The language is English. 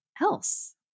else